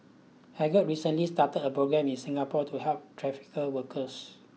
Hagar recently started a programme in Singapore to help trafficked workers